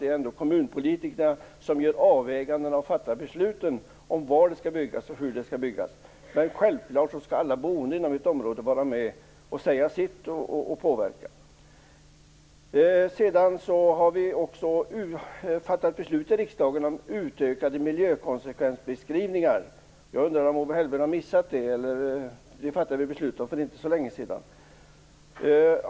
Det är ändå kommunpolitikerna som gör avväganden och som fattar beslut om var och hur det skall byggas, men självklart skall alla boende inom ett område vara med och säga sitt och påverka. Riksdagen har fattat beslut om utökade miljökonsekvensbeskrivningar. Jag undrar om Owe Hellberg har missat det. Vi fattade faktiskt beslut om det för inte så länge sedan.